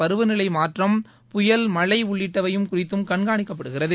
பருவநிலை மாற்றம் புயல் மழை உள்ளிட்டவை குறித்தும் கண்காணிக்கப்படுகிறது